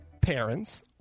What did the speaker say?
parents